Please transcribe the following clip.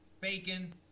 bacon